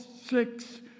six